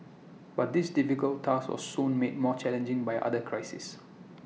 but this difficult task was soon made more challenging by other crisis